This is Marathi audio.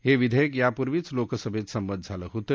हे विधेयक यापूर्वीच लोकसभेत संमत झालं होतं